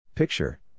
Picture